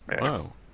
Wow